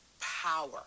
power